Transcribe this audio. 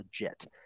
legit